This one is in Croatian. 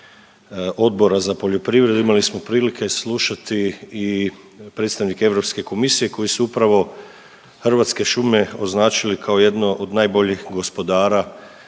Odbora za poljoprivredu imali smo prilike slušati i predstavnike Europske komisije koji su upravo Hrvatske šume označili kao jedno od najboljih gospodara